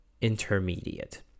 intermediate